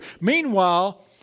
Meanwhile